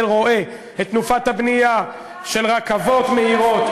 רואה את תנופת הבנייה של רכבות מהירות,